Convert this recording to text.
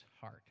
heart